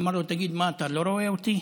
אמר לו: תגיד, מה, אתה לא רואה אותי?